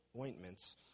ointments